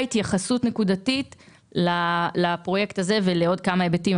התייחסות נקודתית לפרויקט הזה ולעוד כמה היבטים,